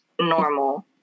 normal